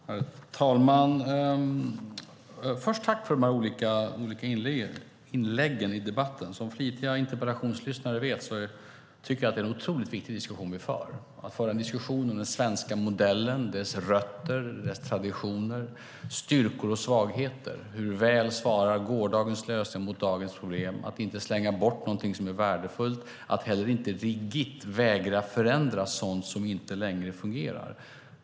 Herr talman! Först vill jag tacka för de olika inläggen i debatten. Som flitiga interpellationslyssnare vet tycker jag att det är en otroligt viktig diskussion vi för om den svenska modellen, om dess rötter och traditioner, om dess styrkor och svagheter. Hur väl svarar gårdagens lösningar mot dagens problem? Vi ska inte slänga bort någonting som är värdefullt, men inte heller rigitt vägra förändra sådant som inte längre fungerar.